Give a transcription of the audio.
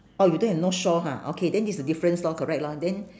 oh you don't have north shore ha okay then this is the difference lor correct lor then